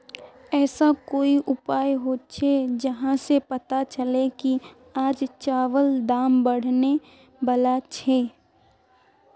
ऐसा कोई उपाय होचे जहा से पता चले की आज चावल दाम बढ़ने बला छे?